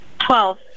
Twelve